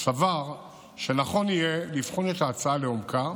סבר שנכון יהיה לבחון את ההצעה לעומקה